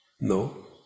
No